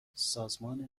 سازمان